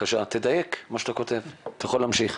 כשהוא מתקשר,